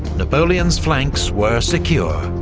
napoleon's flanks were secure,